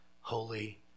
holy